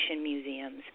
museums